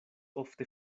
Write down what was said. ofte